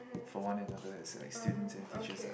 for one another as like students and teachers